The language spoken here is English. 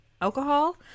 alcohol